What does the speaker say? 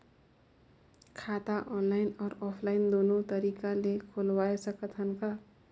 खाता ऑनलाइन अउ ऑफलाइन दुनो तरीका ले खोलवाय सकत हन का?